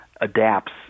adapts